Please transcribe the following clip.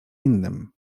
innym